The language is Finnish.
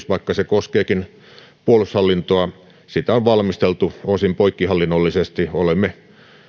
vaikka se koskeekin puolustushallintoa on valmisteltu osin poikkihallinnollisesti olemme